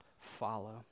follow